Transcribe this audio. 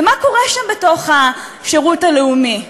ומה קורה שם בתוך השירות הלאומי?